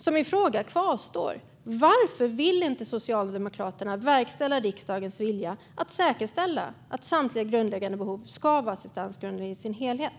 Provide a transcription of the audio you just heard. Min fråga kvarstår därför: Varför vill inte Socialdemokraterna verkställa riksdagens vilja att säkerställa att samtliga grundläggande behov ska vara assistansgrundande i sin helhet?